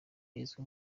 izwi